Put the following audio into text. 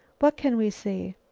what can we see?